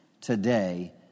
today